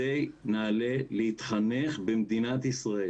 מגיע לילדי נעל"ה להתחנך במדינת ישראל